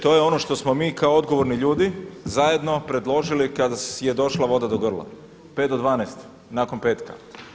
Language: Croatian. To je ono što smo mi kao odgovorni ljudi zajedno predložili kada je došla voda do grla, pet do dvanaest nakon petka.